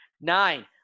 Nine